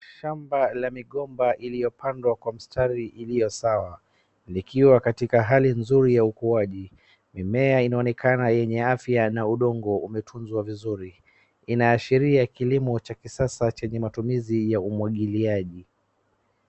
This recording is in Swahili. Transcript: shamba la migomba iliyopandwa kwa mstari iliyosawa likiwa katika hali nzuri ya ukuaji. Mimea inaonekana yenye afya na udongo umetunzwa vizuri. Inaashiria kilimo cha kisasa chenye matumizi ya umwagiliaji.